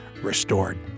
restored